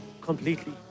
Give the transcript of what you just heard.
completely